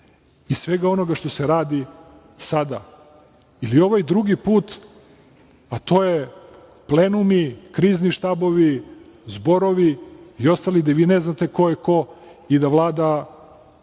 i svega onoga što se radi sada i ovaj drugi put, a to je plenumi, krizni štabovi, zborovi i ostali, gde vi ne znate ko je ko i da vlada strah